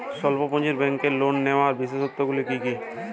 স্বল্প পুঁজির ব্যাংকের লোন নেওয়ার বিশেষত্বগুলি কী কী?